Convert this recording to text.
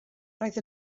roedd